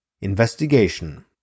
investigation